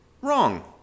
Wrong